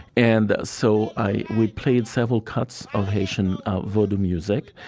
and so i would play several cuts of haitian ah vodou music,